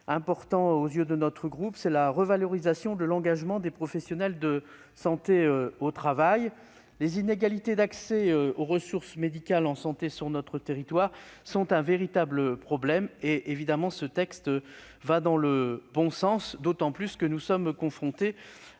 important aux yeux de mon groupe est la revalorisation de l'engagement des professionnels de santé au travail. Les inégalités d'accès aux ressources médicales en santé sur notre territoire sont un véritable problème. Face à la pénurie médicale à laquelle nous sommes confrontés,